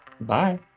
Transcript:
Bye